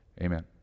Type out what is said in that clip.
amen